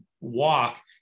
walk